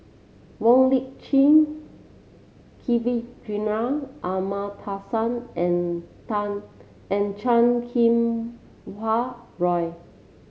Wong Lip Chin Kavignareru Amallathasan and and Chan Kum Wah Roy